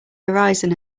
horizon